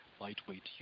lightweight